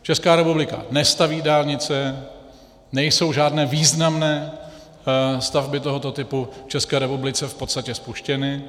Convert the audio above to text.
Česká republika nestaví dálnice, nejsou žádné významné stavby tohoto typu v České republice v podstatě spuštěny.